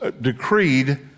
decreed